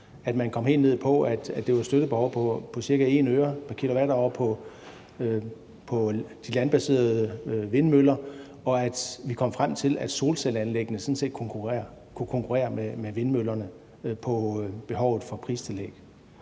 at man kom helt ned på, at det var på ca. 1 øre pr. kWh på de landbaserede vindmøller, og at vi sådan set kom frem til, at solcelleanlæggene kunne konkurrere med vindmøllerne på behovet for pristillæg.